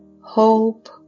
hope